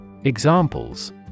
Examples